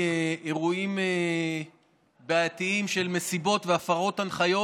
מאירועים בעייתיים של מסיבות והפרות הנחיות,